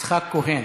יצחק כהן,